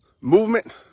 Movement